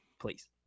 Please